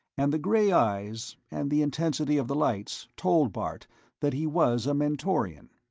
and the gray eyes, and the intensity of the lights, told bart that he was a mentorian.